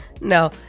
No